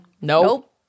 Nope